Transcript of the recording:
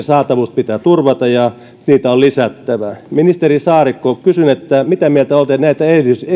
saatavuus pitää turvata ja niitä on lisättävä ministeri saarikko kysyn mitä mieltä olette näistä